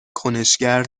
کنشگر